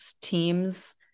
teams